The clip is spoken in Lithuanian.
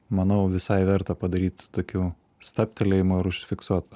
manau visai verta padaryt tokių stabtelėjimų ir užfiksuot